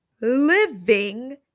living